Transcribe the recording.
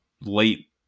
late